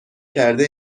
کرده